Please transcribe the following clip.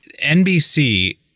NBC